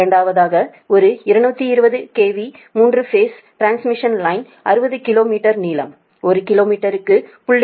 இரண்டாவதாக ஒரு 220 KV 3 phase transmission line 60 kilometre நீளம் ஒரு கிலோ மீட்டருக்கு 0